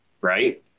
right